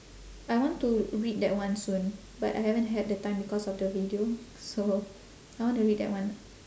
I want to read that one soon but I haven't had the time because of the video so I want to read that one